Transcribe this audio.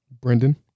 Brendan